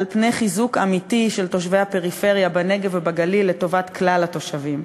על פני חיזוק אמיתי של תושבי הפריפריה בנגב ובגליל לטובת כלל התושבים.